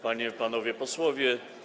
Panie i Panowie Posłowie!